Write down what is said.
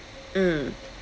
mm